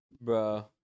Bro